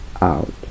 out